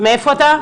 מאיפה אתה?